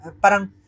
parang